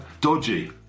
dodgy